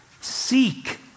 seek